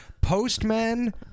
postmen